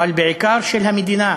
אבל בעיקר של המדינה,